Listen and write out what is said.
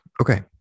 Okay